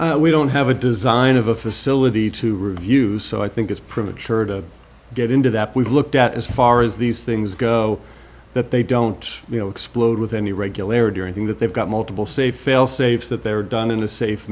it we don't have a design of a facility to review so i think it's premature to get into that we've looked at as far as these things go that they don't you know explode with any regularity or anything that they've got multiple say failsafe that they're done in a safe